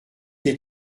été